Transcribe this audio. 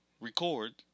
record